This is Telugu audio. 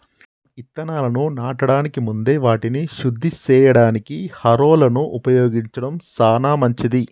మనం ఇత్తనాలను నాటడానికి ముందే వాటిని శుద్ది సేయడానికి హారొలను ఉపయోగించడం సాన మంచిది